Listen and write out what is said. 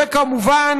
וכמובן,